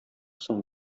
соң